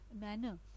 Manner